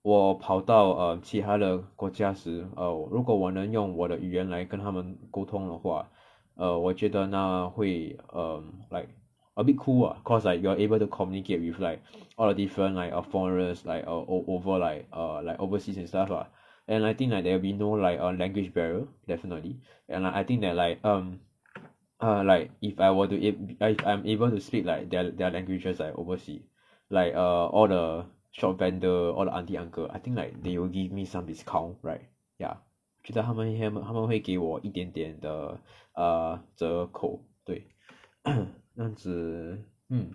我跑到 err 其他的国家时 err 如果我能用我的语言来跟他们沟通的话 err 我觉得那会 um like a bit cool lah cause like you are able to communicate with like all the different foreigners like err over like err like overseas and stuff lah and I think like that there will be no like err language barrier definitely ya and I think that like um err like if I were if I'm able to speak like their their languages err overseas like err all the shop vendor all the aunty uncle I think like they will give me some discount right ya 觉得他们他们会给我一点点的 err 折扣对 这样子 mm